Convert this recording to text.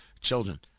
children